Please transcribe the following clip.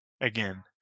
again